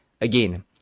again